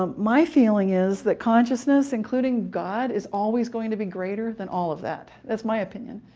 um my feeling is that consciousness, including god, is always going to be greater than all of that. that's my opinion,